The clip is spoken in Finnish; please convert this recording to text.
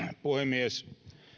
puhemies